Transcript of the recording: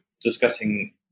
discussing